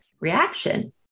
reaction